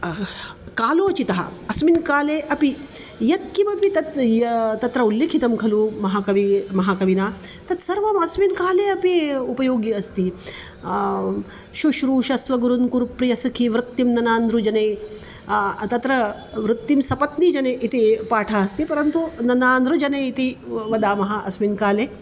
कालोचितः अस्मिन् काले अपि यत्किमपि तत् य तत्र उल्लेखितं खलु महाकवि महाकविना तत्सर्वम् अस्मिन् काले अपि उपयोगी अस्ति शुश्रूषस्व गुरून् कुरु प्रियसखीवृत्तिं ननान्ध्रुजने तत्र वृत्तिं सपत्नीजने इति पाठः अस्ति परन्तु ननान्द्रुजने इति वदामः अस्मिन् काले